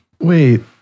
Wait